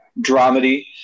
dramedy